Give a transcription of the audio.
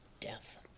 Death